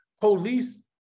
police